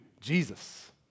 Jesus